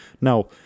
Now